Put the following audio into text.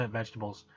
vegetables